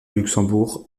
luxembourg